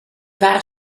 waren